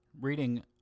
Reading